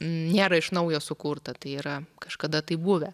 nėra iš naujo sukurta tai yra kažkada taip buvę